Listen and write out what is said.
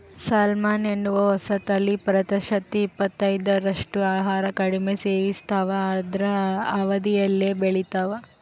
salmon ಎನ್ನುವ ಹೊಸತಳಿ ಪ್ರತಿಶತ ಇಪ್ಪತ್ತೈದರಷ್ಟು ಆಹಾರ ಕಡಿಮೆ ಸೇವಿಸ್ತಾವ ಅರ್ಧ ಅವಧಿಯಲ್ಲೇ ಬೆಳಿತಾವ